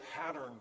pattern